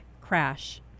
crash